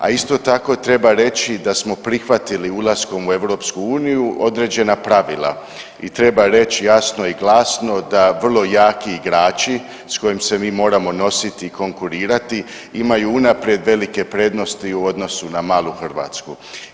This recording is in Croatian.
A isto tako treba reći da smo prihvatili ulaskom u EU određena pravila i treba reći jasno i glasno da vrlo jaki igrači s kojim se mi moramo nositi i konkurirati imaju unaprijed velike prednosti u odnosu na malu Hrvatsku.